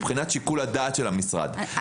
מבחינת שיקול הדעת של המשרד.